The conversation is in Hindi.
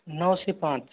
नौ से पाँच